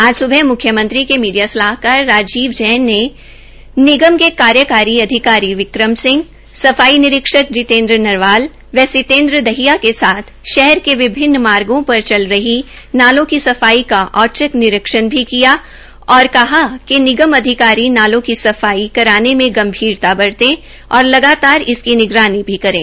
आज स्बह म्ख्यमंत्री के मीडिया सलाहकार राजीव जैन ने निगम के कार्यकारी अधिकारी विक्रम सिंह सफाई निरीक्षक जितेंद्र नरवाल सितेंद्र दहिया के साथ शहर के विभिन्न मार्गों पर चल रही नालों की सफाई का औचक निरीक्षण भी किया और कहा कि निगम अधिकारी नालों की सफाई व्यवस्था को कराने में गंभीरता बरतें और लगातार इसकी निगरानी भी करें